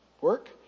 work